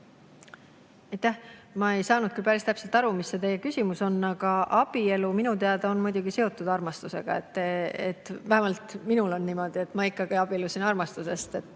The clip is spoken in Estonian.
Ma ei saanud päris täpselt aru, mis teie küsimus on, aga abielu on minu teada muidugi seotud armastusega. Vähemalt minul on niimoodi, et ma abiellusin armastusest. See